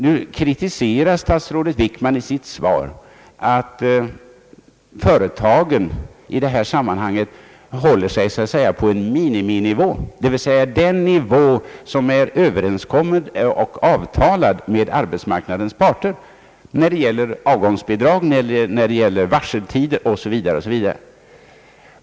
Nu kritiserar statsrådet Wickman i sitt svar att företagen i detta avseende håller sig »på en miniminivå», dvs. den nivå som är överenskommen och avtalad med arbetsmarknadens parter i fråga om avgångsbidrag, varseltid osv.